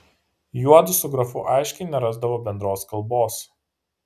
juodu su grafu aiškiai nerasdavo bendros kalbos